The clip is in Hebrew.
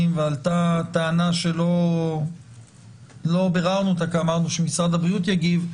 ועלתה טענה שלא ביררנו אותה כי אמרנו שמשרד הבריאות יגיב,